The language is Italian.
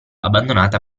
abbandonata